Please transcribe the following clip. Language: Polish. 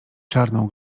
czarną